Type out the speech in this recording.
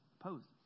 opposes